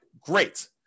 great